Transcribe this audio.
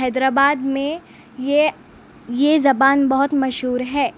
حیدر آباد میں یہ یہ زبان بہت مشہور ہے